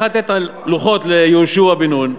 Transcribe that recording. יכול היה לתת את הלוחות ליהושע בן נון,